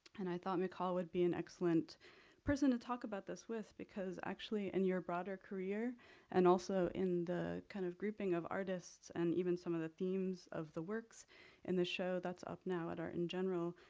and i thought michal would be an excellent person to talk about this with because actually in and your broader career and also, in the kind of grouping of artists and even some of the themes of the works in the show that's up now at art in general,